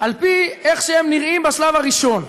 על פי איך שהם נראים בשלב הראשון,